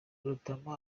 rutamu